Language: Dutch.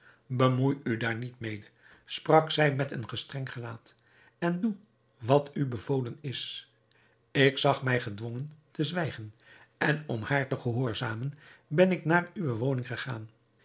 bemoei u daar niet mede sprak zij met een gestreng gelaat en doe wat u bevolen is ik zag mij gedwongen te zwijgen en om haar te gehoorzamen ben ik naar uwe woning gegaan